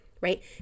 right